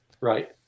Right